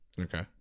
Okay